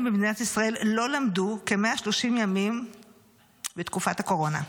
במדינת ישראל לא למדו כ-130 ימים בתקופת הקורונה.